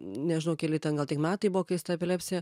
nežinau keli ten gal tik metai buvo kai jis ta epilepsija